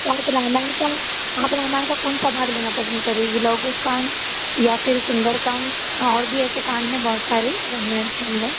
चाहो तो रामायण का आप रामायण का कौन सा भाग लेना पसंद करेंगी लव कुश कांड या फिर सुंदर कांड और भी ऐसे कांड हैं बहुत सारे रामायण के अंदर